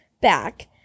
back